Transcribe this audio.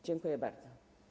Dziękuję bardzo.